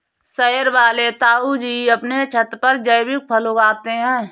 शहर वाले ताऊजी अपने छत पर जैविक फल उगाते हैं